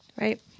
Right